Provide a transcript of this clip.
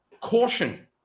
caution